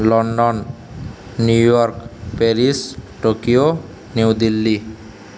London New York Paris Tokyo New Delhi